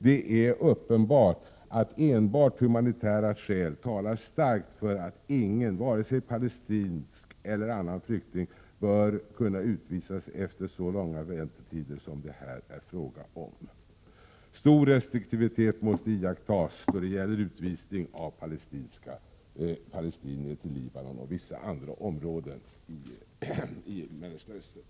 Det är uppenbart att enbart humanitära skäl talar starkt för att inga flyktingar, varken palestinska eller andra, bör kunna utvisas efter så långa väntetider som det här är fråga om. Stor restriktivitet måste iakttas när det gäller utvisning av palestinier till Libanon och vissa andra områden i Mellersta Östern.